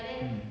mm